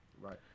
right